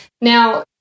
Now